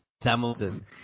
Hamilton